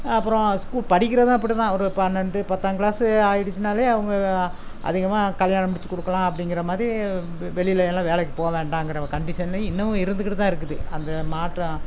அப்புறோம் ஸ்கூ படிக்கிறதும் அப்படி தான் ஒரு பன்னெண்டு பத்தாங் கிளாஸ்ஸு ஆகிடுச்சுனாலே அவங்க அதிகமாக கல்யாணம் முடிச்சு கொடுக்கலாம் அப்படிங்கிற மாதிரி வெ வெளியில் எல்லாம் வேலைக்கு போக வேண்டாங்கிற ஒரு கண்டிஷன்லியும் இன்னமும் இருந்துகிட்டு தான் இருக்குது அந்த மாற்றம்